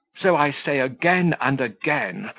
so i say again and again,